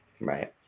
right